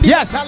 Yes